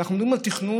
כשאנחנו מדברים על תכנון,